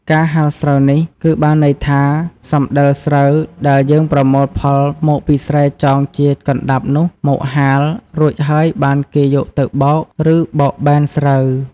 កាលហាលនេះ គឺបានន័យថាសំដិលស្រូវដែលយើងប្រមូលផលមកពីស្រែចងជាកណ្តាប់នោះមកហាល រួចហើយបានគេយកទៅបោក ឬបោកបែនស្រូវ។